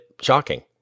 shocking